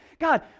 God